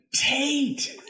Tate